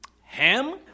Ham